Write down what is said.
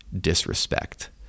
disrespect